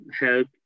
help